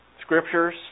scriptures